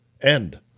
end